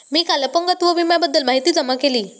मी काल अपंगत्व विम्याबद्दल माहिती जमा केली